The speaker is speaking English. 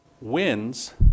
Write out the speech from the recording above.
wins